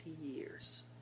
years